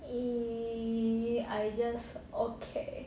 !ee! I just okay